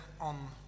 on